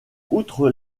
outre